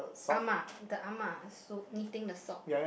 ah ma the ah ma sew knitting the sock